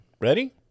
Ready